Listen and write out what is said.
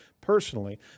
personally